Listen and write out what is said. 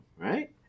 Right